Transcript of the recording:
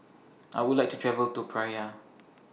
I Would like to travel to Praia